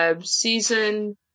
Season